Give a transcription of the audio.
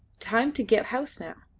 time to get house now.